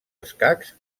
escacs